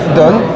done